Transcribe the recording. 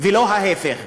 ולא להפך.